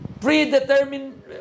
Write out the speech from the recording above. predetermined